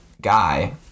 guy